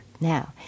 now